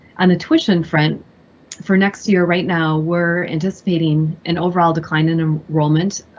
on the tuition front for next year right now, we're anticipating an overall decline in ah enrollment,